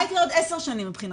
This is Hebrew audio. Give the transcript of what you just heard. מה יקרה עוד עשר שנים מבחינתכם?